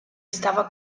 estava